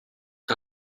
que